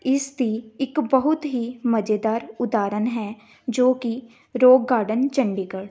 ਇਸ ਦੀ ਇੱਕ ਬਹੁਤ ਹੀ ਮਜ਼ੇਦਾਰ ਉਦਾਹਰਨ ਹੈ ਜੋ ਕਿ ਰੋਕ ਗਾਰਡਨ ਚੰਡੀਗੜ੍ਹ